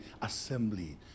assembly